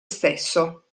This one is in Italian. stesso